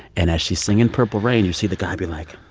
and as she's singing purple rain, you see the guy be like,